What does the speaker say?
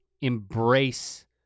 embrace